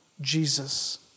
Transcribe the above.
Jesus